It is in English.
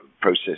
process